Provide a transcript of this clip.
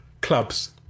Clubs